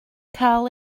cael